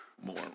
more